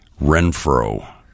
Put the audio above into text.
Renfro